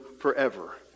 forever